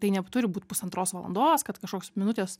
tai neturi būt pusantros valandos kad kažkoks minutės